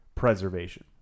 preservation